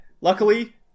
Luckily